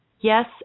Yes